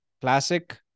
classic